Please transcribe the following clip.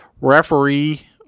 Referee